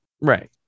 Right